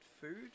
food